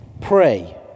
Pray